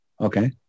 Okay